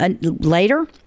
later